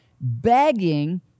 begging